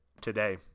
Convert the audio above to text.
today